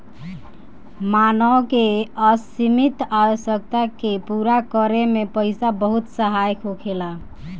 मानव के असीमित आवश्यकता के पूरा करे में पईसा बहुत सहायक होखेला